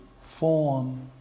form